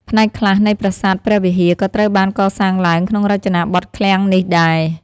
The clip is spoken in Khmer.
ផ្នែកខ្លះនៃប្រាសាទព្រះវិហារ ក៏ត្រូវបានកសាងឡើងក្នុងរចនាបថឃ្លាំងនេះដែរ។